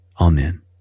Amen